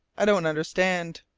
i don't understand.